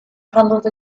handled